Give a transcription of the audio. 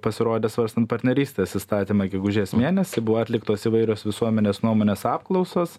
pasirodė svarstant partnerystės įstatymą gegužės mėnesį buvo atliktos įvairios visuomenės nuomonės apklausos